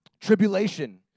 tribulation